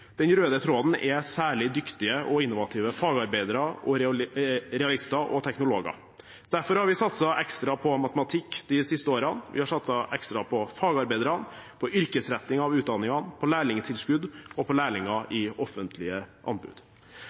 den røde tråden særlig dyktige og innovative fagarbeidere, realister og teknologer. Derfor har vi satset ekstra på matematikk de siste årene. Vi har satset ekstra på fagarbeiderne, yrkesretting av utdanningene, lærlingtilskudd og lærlinger i offentlige anbud.